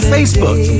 Facebook